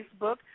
Facebook